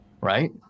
right